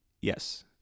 Yes